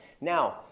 Now